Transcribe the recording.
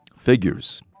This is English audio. figures